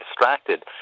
distracted